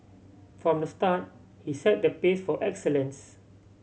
from the start he set the pace for excellence